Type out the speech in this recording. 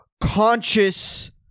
conscious